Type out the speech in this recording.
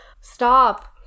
Stop